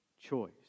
choice